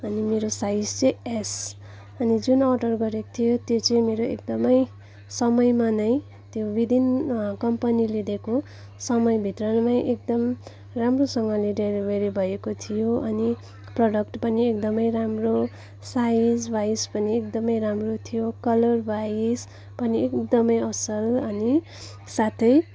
अनि मेरो साइज चाहिँ एस अनि जुन अर्डर गरेको थिएँ त्यो चाहिँ मेरो एकदमै समयमा नै त्यो विदिन कम्पनीले दिएको समयभित्र नै एकदम राम्रोसँगले डेलिभरी भएको थियो अनि प्रडक्ट पनि एकदमै राम्रो साइज वाइज पनि एकदम राम्रो थियो कलर वाइज पनि एकदमै असल अनि साथै